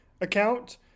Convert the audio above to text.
account